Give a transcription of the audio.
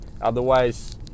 otherwise